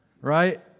right